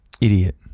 Idiot